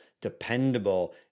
dependable